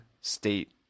state